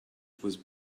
was